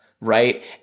Right